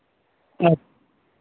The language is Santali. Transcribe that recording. ᱟᱪ